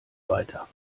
weiter